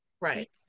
right